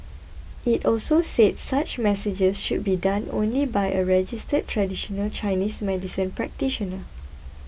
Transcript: it also said such messages should be done only by a registered traditional Chinese medicine practitioner